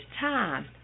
time